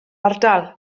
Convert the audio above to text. ardal